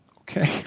Okay